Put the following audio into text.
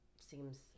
seems